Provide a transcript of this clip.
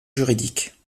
juridique